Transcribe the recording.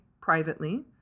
privately